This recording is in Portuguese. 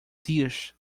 dias